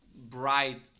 bright